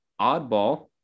Oddball